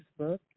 Facebook